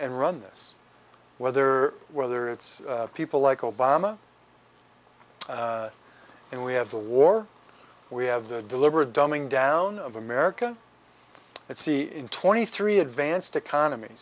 and run this whether whether it's people like obama and we have the war we have the deliberate dumbing down of america it's see in twenty three advanced econom